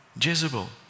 Jezebel